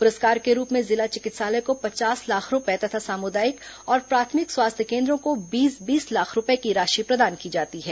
पुरस्कार के रूप में जिला चिकित्सालय को पचास लाख रूपये तथा सामुदायिक और प्राथमिक स्वास्थ्य केन्द्रों को बीस बीस लाख रूपये की राशि प्रदान की जाती है